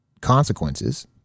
consequences